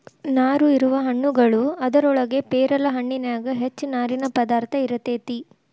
ನಾರು ಇರುವ ಹಣ್ಣುಗಳು ಅದರೊಳಗ ಪೇರಲ ಹಣ್ಣಿನ್ಯಾಗ ಹೆಚ್ಚ ನಾರಿನ ಪದಾರ್ಥ ಇರತೆತಿ